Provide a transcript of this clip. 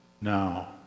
now